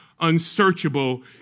unsearchable